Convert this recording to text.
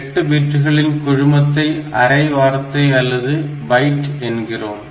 8 பிட்டுகளின் குழுமத்தை அரை வார்த்தை அல்லது பைட் என்கிறோம்